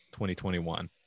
2021